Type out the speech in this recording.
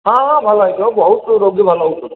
ହଁ ହଁ ଭଲ ହେଇଯିବ ବହୁତ ରୋଗୀ ଭଲ ହେଉଛନ୍ତି